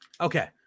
Okay